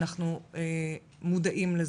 אנחנו מודעים לזה.